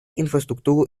инфраструктуру